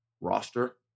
roster